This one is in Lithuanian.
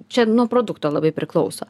čia nuo produkto labai priklauso